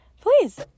please